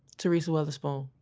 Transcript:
teresa witherspoon.